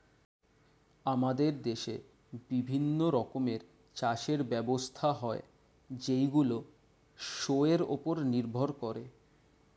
আমাদের দেশে বিভিন্ন রকমের চাষের ব্যবস্থা হয় যেইগুলো শোয়ের উপর নির্ভর করে